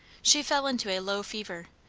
she fell into a low fever,